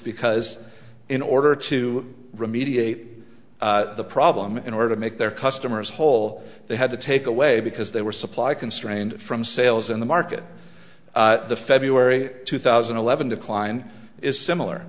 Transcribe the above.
because in order to remediate the problem in order to make their customers whole they had to take away because they were supply constrained from sales in the market the february two thousand and eleven decline is similar